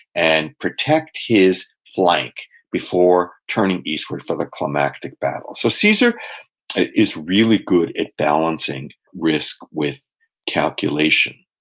and protect his flank before turning eastward for the climactic battle. so caesar is really good at balancing risk with calculation